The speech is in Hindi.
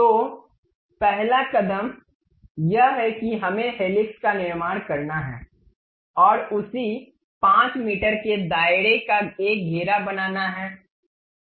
तो पहला कदम यह है कि हमें हेलिक्स का निर्माण करना है और उसी 5 मीटर के दायरे का एक घेरा बनाना है